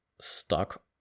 stuck